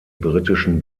britischen